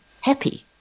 happy